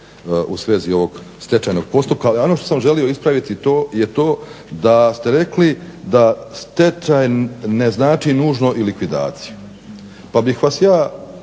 u svezi ovog stečajnog postupka ali ono što sam želio ispraviti je to da ste rekli da stečaj ne znači nužno i likvidaciju. Pa bih vas ja,